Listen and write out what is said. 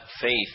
faith